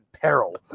peril